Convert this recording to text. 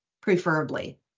preferably